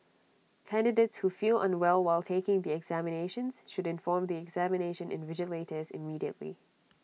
candidates who feel unwell while taking the examinations should inform the examination invigilators immediately